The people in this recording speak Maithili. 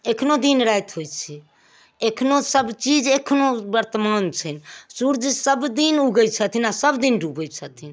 एखनो दिन राति होइत छै एखनो सब चीज एखनो बर्तमान छै सूर्य सब दिन उगैत छथिन आ सब दिन डूबैत छथिन